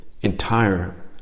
entire